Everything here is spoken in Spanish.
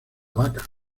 vaca